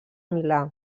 milà